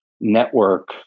network